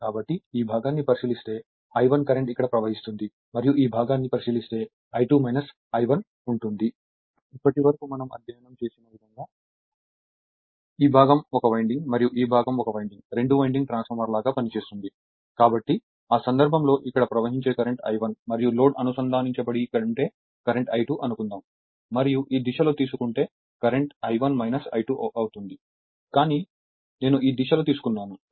కాబట్టి ఈ భాగాన్ని పరిశీలిస్తే I1 కరెంట్ ఇక్కడ ప్రవహిస్తోంది మరియు ఈ భాగాన్ని పరిశీలిస్తే I2 I1 ఉంటుంది ఇప్పటివరకు మనము అధ్యయనం చేసిన విధంగా ఈ భాగం 1 వైండింగ్ మరియు ఈ భాగం 1 వైండింగ్ రెండు వైండింగ్ ట్రాన్స్ఫార్మర్ లాగా పనిచేస్తుంది కాబట్టి ఆ సందర్భంలో ఇక్కడ ప్రవహించే కరెంట్ I1 మరియు లోడ్ అనుసంధానించబడి ఉంటే కరెంట్ I2 అనుకుందాం మరియు ఈ దిశలో తీసుకుంటే కరెంట్ I1 I2 అవుతుంది కానీ నేను ఈ దిశలో తీసుకున్నాను